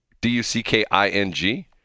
D-U-C-K-I-N-G